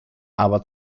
aber